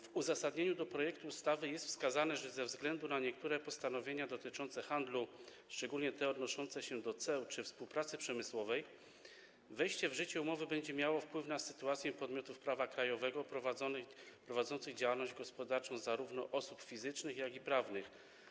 W uzasadnieniu projektu ustawy jest wskazane, że ze względu na niektóre postanowienia dotyczące handlu, szczególnie te odnoszące się do ceł czy współpracy przemysłowej, wejście w życie umowy będzie miało wpływ na sytuację podmiotów prawa krajowego prowadzących działalność gospodarczą, osób zarówno fizycznych, jak i prawnych.